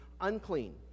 unclean